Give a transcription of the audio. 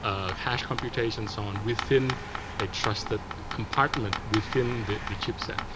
hash computations, so on, within a trusted compartment, within the chip set.